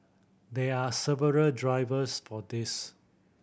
there are several drivers for this